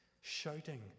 shouting